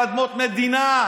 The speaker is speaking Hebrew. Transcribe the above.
על אדמות מדינה,